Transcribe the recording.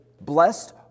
Blessed